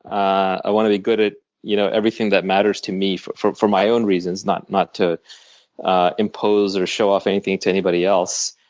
i want to be good at you know everything that matters to me for for my own reasons, not not to ah impose or show off anything to anybody else.